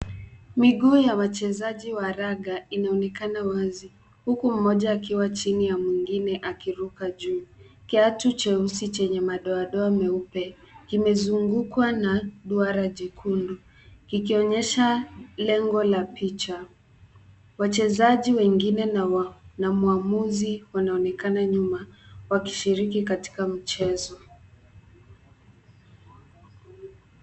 Miguu ya wachezaji wa raga inaonekana wazi huku mmoja akiwa chini ya mwingine akiruka juu ,kiatu cheusi chenye madoadoa meupe kimezungukwa na duara jekundu kikionyesha lengo la picha ,wachezaji wengine na mwamuzi wanaonekana nyuma wakishiriki katika mchezo.